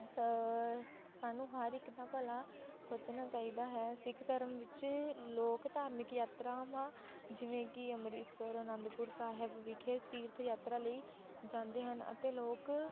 ਸ ਸਾਨੂੰ ਹਰ ਇੱਕ ਦਾ ਭਲਾ ਸੋਚਣਾ ਚਾਹੀਦਾ ਹੈ ਸਿੱਖ ਧਰਮ ਵਿੱਚ ਲੋਕ ਧਾਰਮਿਕ ਯਾਤਰਾਵਾਂ ਜਿਵੇਂ ਕਿ ਅੰਮ੍ਰਿਤਸਰ ਆਨੰਦਪੁਰ ਸਾਹਿਬ ਵਿਖੇ ਤੀਰਥ ਯਾਤਰਾ ਲਈ ਜਾਂਦੇ ਹਨ ਅਤੇ ਲੋਕ